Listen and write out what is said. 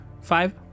Five